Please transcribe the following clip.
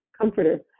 comforter